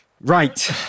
Right